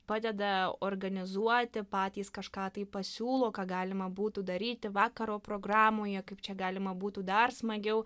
padeda organizuoti patys kažką tai pasiūlo ką galima būtų daryti vakaro programoje kaip čia galima būtų dar smagiau